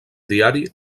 diari